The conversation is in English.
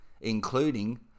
Including